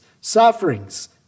sufferings